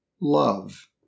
love